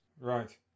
Right